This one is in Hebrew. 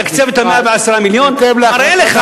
בהתאם להחלטת